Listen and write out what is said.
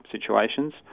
situations